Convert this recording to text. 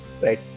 right